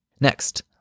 Next